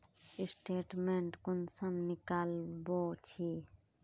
Statement कुंसम निकलाबो छी?